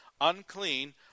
Unclean